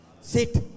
Sit